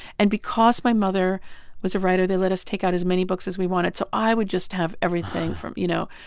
and because my mother was a writer, they let us take out as many books as we wanted. so i would just have everything from, you know,